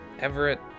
Everett